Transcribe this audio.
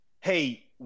hey